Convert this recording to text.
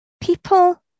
people